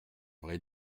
vrai